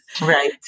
Right